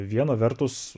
viena vertus